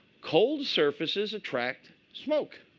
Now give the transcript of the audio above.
cold surfaces attract smoke.